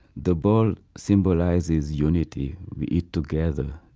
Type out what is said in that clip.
the bowl symbolizes unity. we eat together.